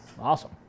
awesome